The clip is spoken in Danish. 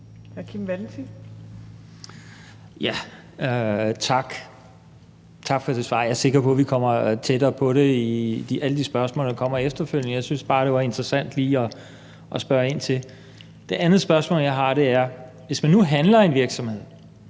Tak for det svar. Jeg sikker på, at vi kommer tættere på det i alle de spørgsmål, der kommer efterfølgende. Jeg synes bare, at det var interessant lige at spørge